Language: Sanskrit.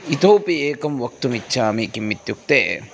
इतोपि एकं वक्तुमिच्छामि किम् इत्युक्ते